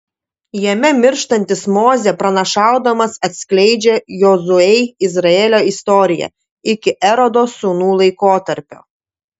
jame mirštantis mozė pranašaudamas atskleidžia jozuei izraelio istoriją iki erodo sūnų laikotarpio